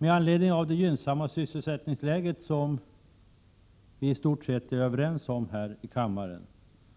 Med anledning av sysselsättningsläget — i stort sett är vi här i kammaren överens